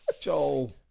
Joel